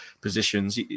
positions